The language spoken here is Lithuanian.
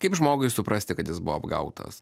kaip žmogui suprasti kad jis buvo apgautas